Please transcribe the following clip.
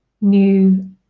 new